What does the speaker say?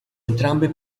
entrambe